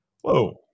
Whoa